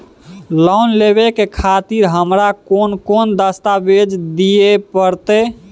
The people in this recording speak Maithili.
लोन लेवे खातिर हमरा कोन कौन दस्तावेज दिय परतै?